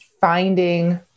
finding